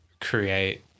create